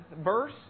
verse